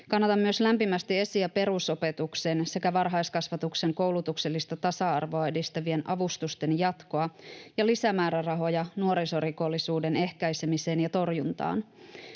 Kannatan myös lämpimästi esi- ja perusopetuksen sekä varhaiskasvatuksen koulutuksellista tasa-arvoa edistävien avustusten jatkoa ja lisämäärärahoja nuorisorikollisuuden ehkäisemiseen ja torjuntaan.